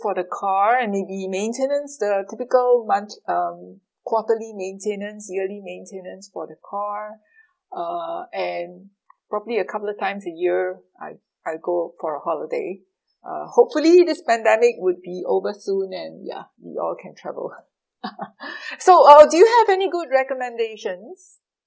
for the car and maybe maintenance the typical month~ um quarterly maintenance yearly maintenance for the car uh and probably a couple of times a year I I go for a holiday uh hopefully this pandemic would be over soon and ya we all can travel so uh do you have any good recommendations